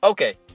Okay